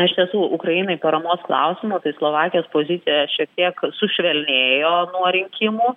iš tiesų ukrainai paramos klausimu tai slovakijos pozicija šiek tiek sušvelnėjo nuo rinkimų